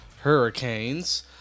Hurricanes